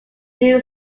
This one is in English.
new